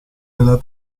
della